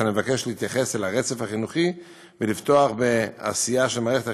אבקש להתייחס לרצף החינוכי ולפתוח בעשייה של מערכת החינוך,